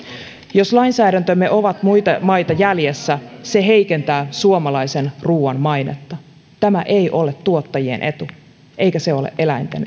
jos lainsäädäntömme on muita maita jäljessä se heikentää suomalaisen ruuan mainetta tämä ei ole tuottajien etu eikä se ole eläinten